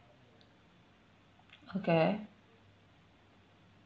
okay